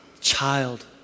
child